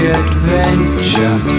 adventure